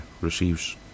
receives